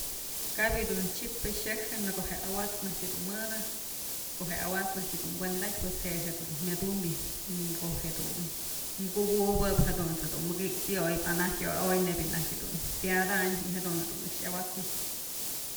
Kabë yëdun chyp xëxë në ko'o je'e awat's najtyë dun mëdë, ko'o je'e awat's najtyë dun kuenda atyë pues je'e jedun myadumbyë ko'o jedun kukubëp jadunt's jedun wikisyoyëp anajtyë aoy nebyë najtyë dun pyadayn jadun jedun nëx yawat'snë.